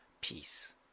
peace